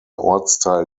ortsteil